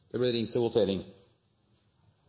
det blir gitt anledning til